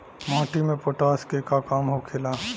माटी में पोटाश के का काम होखेला?